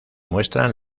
muestran